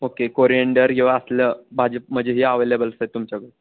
okay coriander किंवा असलं भाजी म्हणजे ही अवेलेबल असतात तुमच्याकडं